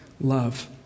love